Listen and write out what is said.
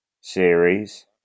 series